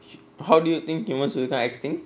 how do you think humans will not extinct